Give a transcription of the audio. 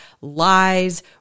lies